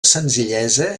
senzillesa